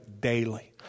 daily